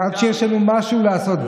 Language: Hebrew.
עד שיש לנו משהו לעשות,